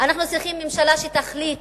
אנחנו צריכים ממשלה שתחליט